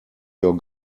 your